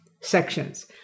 sections